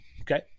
okay